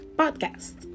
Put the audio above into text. podcast